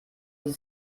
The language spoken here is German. ließ